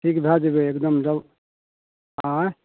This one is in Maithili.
ठीक भए जएबै एकदम जाउ आँए